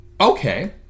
okay